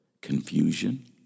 confusion